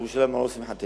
כי ירושלים על ראש שמחתנו.